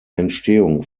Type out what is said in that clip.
entstehung